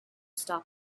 stop